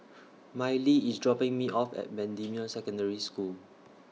Mylie IS dropping Me off At Bendemeer Secondary School